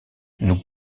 nous